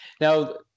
Now